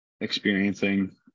experiencing